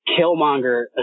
Killmonger